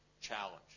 challenge